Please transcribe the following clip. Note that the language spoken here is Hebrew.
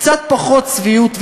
קצת פחות צביעות וציניות.